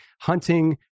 hunting